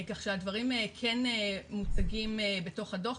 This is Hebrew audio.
כך שהדברים כן מוצגים בתוך הדו"ח,